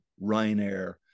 Ryanair